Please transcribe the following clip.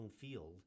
Field